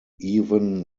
even